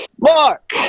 Mark